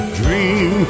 dream